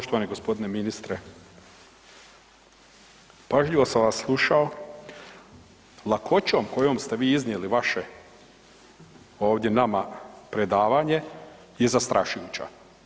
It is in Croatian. Poštovani g. ministre, pažljivo sam vas slušao, lakoćom kojom ste vi iznijeli vaše ovdje nama predavanje je zastrašujuća.